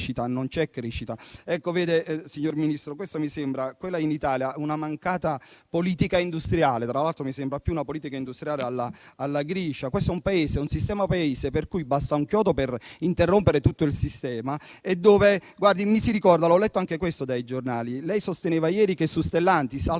Non c'è crescita.